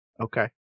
Okay